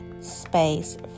space